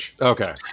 okay